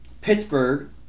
Pittsburgh